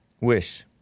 wish